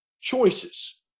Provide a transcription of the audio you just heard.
choices